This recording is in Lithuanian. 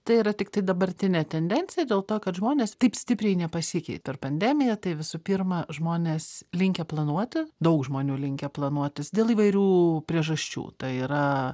tai yra tiktai dabartinė tendencija dėl to kad žmonės taip stipriai nepasikeitė per pandemiją tai visų pirma žmonės linkę planuoti daug žmonių linkę planuotis dėl įvairių priežasčių tai yra